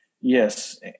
Yes